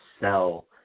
sell